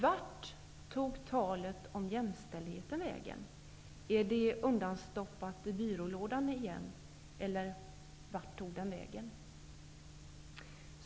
Vart tog talet om jämställdheten vägen? Är detta undanstoppat i byrålådan igen -- eller vart tog det alltså vägen?